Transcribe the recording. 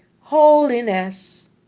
Holiness